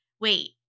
wait